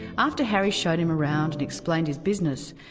after harry showed him around and explained his business,